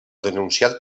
denunciat